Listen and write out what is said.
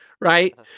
right